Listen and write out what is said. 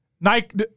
Nike